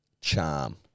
Charm